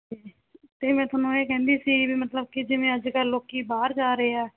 ਅਤੇ ਅਤੇ ਮੈਂ ਤੁਹਾਨੂੰ ਇਹ ਕਹਿੰਦੀ ਸੀ ਵੀ ਮਤਲਬ ਕਿ ਜਿਵੇਂ ਅੱਜ ਕੱਲ੍ਹ ਲੋਕ ਬਾਹਰ ਜਾ ਰਹੇ ਆ